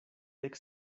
dek